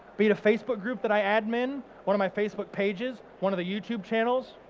be it a facebook group that i admin, one of my facebook pages, one of the youtube channels,